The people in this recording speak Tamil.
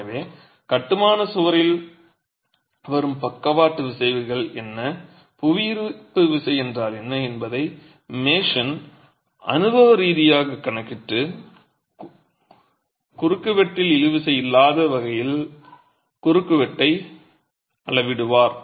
எனவே கட்டுமானச் சுவரில் வரும் பக்கவாட்டு விசைகள் என்ன புவியீர்ப்பு விசை என்றால் என்ன என்பதை மேசன் அனுபவ ரீதியாகக் கணக்கிட்டு குறுக்குவெட்டில் இழு விசை இல்லாத வகையில் குறுக்குவெட்டை அளவிடுவார்